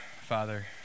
Father